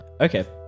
Okay